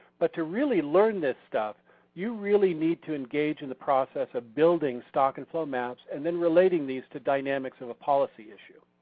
but to really learn this stuff you really need to engage in the process of building stock and flow maps and then relating these to dynamics of a policy issue.